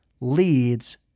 leads